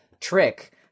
trick